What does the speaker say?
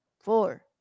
four